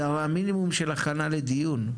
זה הרי המינימום של הכנה לדיון.